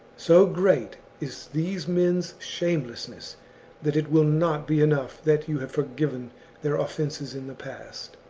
so great is these men's shamelessness that it will not be enough that you have forgiven their offences in the past,